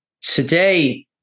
today